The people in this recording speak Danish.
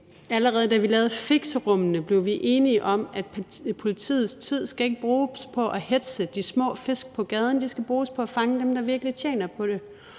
Allerede da vi lavede fixerummene, blev vi enige om, at politiets tid ikke skal bruges på at hetze de små fisk på gaden; den skal bruges på at fange dem, der virkelig tjener på det.